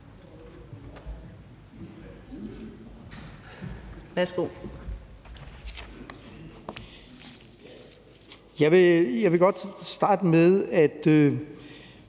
(EL): Jeg vil godt starte med at